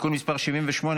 (תיקון מס' 78),